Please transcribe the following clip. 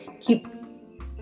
keep